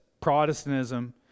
Protestantism